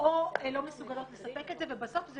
או לא מסוגלות לספק את זה ובסוף זה